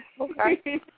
okay